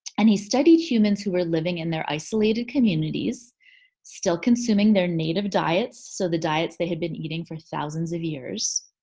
and he studied humans who were living in their isolated communities still consuming their native diets. so the diets they had been eating for thousands of years.